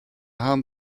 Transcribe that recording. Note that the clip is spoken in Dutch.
haan